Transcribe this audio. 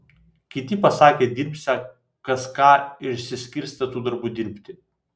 kiti pasakė dirbsią kas ką ir išsiskirstė tų darbų dirbti